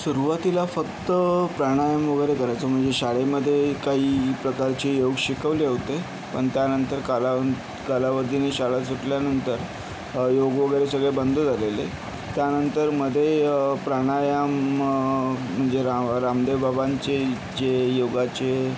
सुरुवातीला फक्त प्राणायाम वगैरे करायचो म्हणजे शाळेमध्ये काही प्रकारचे योग शिकवले होते पण त्यानंतर कालावंत कालावधीने शाळा सुटल्यानंतर योग वगैरे सगळे बंद झालेले त्यानंतर मध्ये प्राणायाम म्हणजे रा रामदेव बाबांचे जे योगाचे